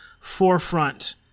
forefront